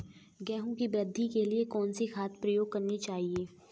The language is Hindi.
गेहूँ की वृद्धि के लिए कौनसी खाद प्रयोग करनी चाहिए?